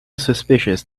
suspicious